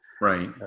Right